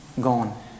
gone